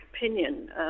opinion